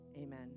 Amen